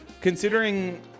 Considering